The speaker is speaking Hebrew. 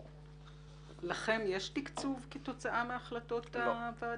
לכם יש תקצוב כתוצאה מהחלטות הוועדה?